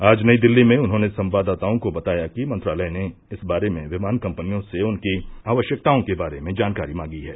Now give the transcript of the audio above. आज नई दिल्ली में उन्होंने संवाददाताओं को बताया कि मंत्रालय ने इस बारे में विमान कम्पनियों से उनकी आवश्यकताओं के बारे में जानकारी मांगी है